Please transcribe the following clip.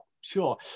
sure